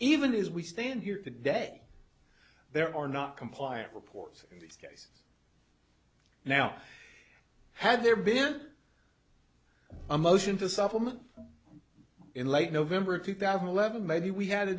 even as we stand here today there are not compliant reports now had there been a motion to supplement in late november of two thousand and eleven maybe we